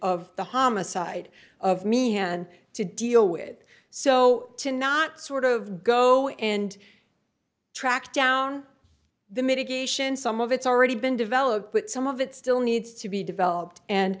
of the homicide of me hand to deal with it so to not sort of go and tracked down the mitigation some of it's already been developed but some of it still needs to be developed and